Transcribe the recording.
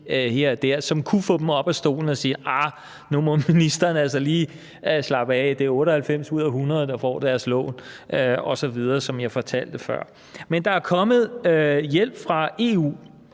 som kunne få dem op af stolen og sige, arh, nu må ministeren altså lige slappe af, for det er 98 ud af 100, der får deres lån osv., som jeg fortalte før. Men der er kommet hjælp fra EU,